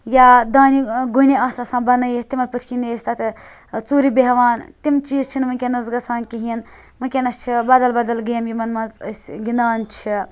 یا دانہِ گُنہِ آسہٕ آسان بَنٲیِتھ تِمَن پٔتھ کِنۍ ٲسۍ تَتھ ژوٗرِ بیٚہوان تِم چیٖز چھِ نہٕ وِنکیٚنَس گَژھان کِہیٖنۍ وِنکیٚنَس چھِ بَدَل بَدَل گیمہٕ یِمَن مَنٛز أسۍ گِندان چھِ